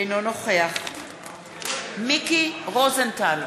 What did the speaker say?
אינו נוכח מיקי רוזנטל,